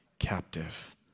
captive